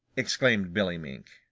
exclaimed billy mink.